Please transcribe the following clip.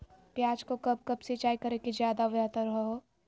प्याज को कब कब सिंचाई करे कि ज्यादा व्यहतर हहो?